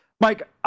Mike